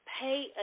pay